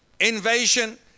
Invasion